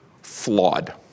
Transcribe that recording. flawed